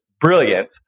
brilliant